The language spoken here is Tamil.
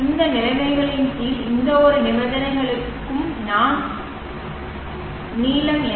இந்த நிலைமைகளின் கீழ் இந்த ஒவ்வொரு நிபந்தனைகளுக்கும் நாள் நீளம் என்ன